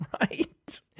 right